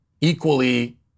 equally